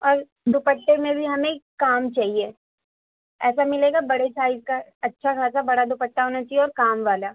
اور دوپٹے میں بھی ہمیں کام چاہیے ایسا ملے گا بڑے سائز کا اچھا خاصا بڑا دوپٹہ ہونا چاہیے اور کام والا